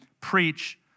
preach